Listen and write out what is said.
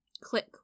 click